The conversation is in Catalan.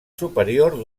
superior